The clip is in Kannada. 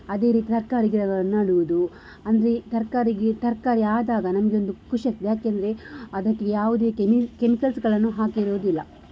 ಅದೇ ರೀತಿ ತರಕಾರಿ ಗಿಡಗಳನ್ನು ನೆಡುವುದು ಅಂದರೆ ತರ್ಕಾರಿಗಿ ತರಕಾರಿ ಆದಾಗ ನಮಗೆ ಒಂದು ಖುಷಿ ಆಗ್ತದೆ ಯಾಕೆಂದರೆ ಅದಕ್ಕೆ ಯಾವುದೇ ಕೆಮಿ ಕೆಮಿಕಲ್ಸ್ಗಳನ್ನು ಹಾಕಿರೋದಿಲ್ಲ